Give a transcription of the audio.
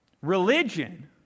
Religion